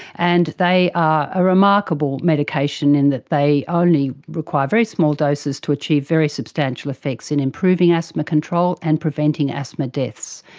and they are a remarkable medication in that they only require very small doses to achieve very substantial effects in improving asthma control and preventing asthma deaths.